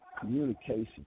communication